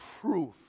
proof